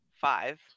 five